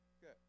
good